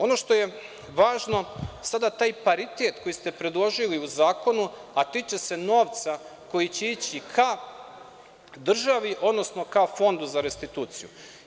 Ono što je važno, to je taj paritet koji ste predložili u zakonu, a tiče se novca koji će ići ka državi, odnosno ka Fondu za restituciju.